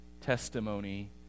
testimony